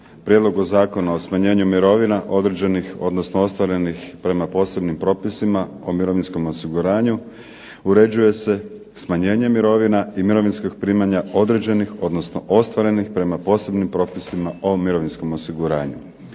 prijedlogu Zakona o smanjenju mirovina određenih, odnosno ostvarenih prema posebnim propisima o mirovinskom osiguranju uređuje se smanjenje mirovina i mirovinskih primanja određenih, odnosno ostvarenih prema posebnim propisima o mirovinskom osiguranju.